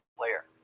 player